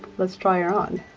let's try her on.